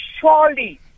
surely